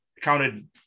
counted